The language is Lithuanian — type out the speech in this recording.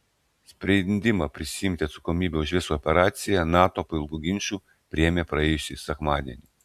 sprendimą prisiimti atsakomybę už visą operaciją nato po ilgų ginčų priėmė praėjusį sekmadienį